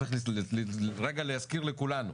צריך רגע להזכיר לכולנו